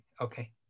Okay